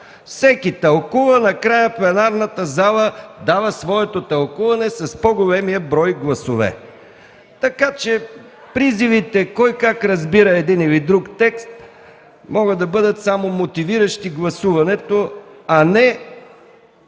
Всеки тълкува, но накрая пленарната зала дава своето тълкуване с по-големия брой гласове. Така че призивите кой как разбира един или друг текст могат да бъдат само мотивиращи гласуването, а не